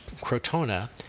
Crotona